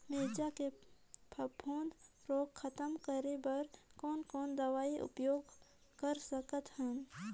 मिरचा के फफूंद रोग खतम करे बर कौन कौन दवई उपयोग कर सकत हन?